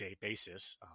basis